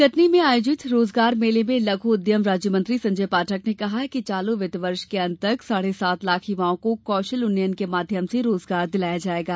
कटनी में आयोजित रोजगार मेले में लघू उद्यम राज्यमंत्री संजय पाठक ने कहा है कि चालू वित्त वर्ष के अंत तक साढ़े सात लाख युवाओं को कौशल उन्नयन के माध्यम से रोजगार दिलाया जायेगा